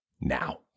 now